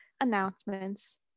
announcements